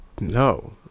No